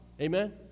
Amen